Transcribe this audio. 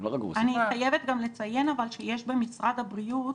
אני חייבת גם לציין שיש במשרד הבריאות